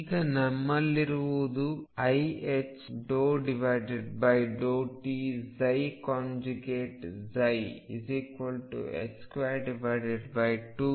ಈಗ ನಮ್ಮಲ್ಲಿರುವುದು iℏ ∂t22m ∂x∂x ∂ψ∂x